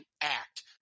act